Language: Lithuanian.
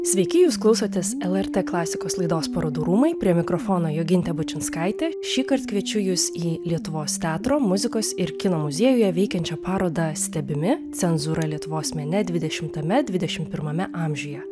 sveiki jūs klausotės lrt klasikos laidos parodų rūmai prie mikrofono jogintė bučinskaitė šįkart kviečiu jus į lietuvos teatro muzikos ir kino muziejuje veikiančią parodą stebimi cenzūra lietuvos mene dvidešimtame dvidešimt pirmame amžiuje